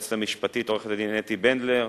היועצת המשפטית עורכת-הדין אתי בנדלר,